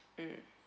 mm